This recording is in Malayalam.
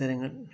ജനങ്ങൾ